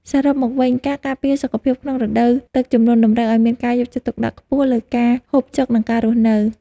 សរុបមកវិញការការពារសុខភាពក្នុងរដូវទឹកជំនន់តម្រូវឱ្យមានការយកចិត្តទុកដាក់ខ្ពស់លើការហូបចុក និងការរស់នៅ។